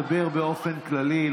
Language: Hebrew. דבר באופן כללי,